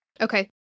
Okay